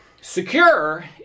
Secure